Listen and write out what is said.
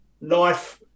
life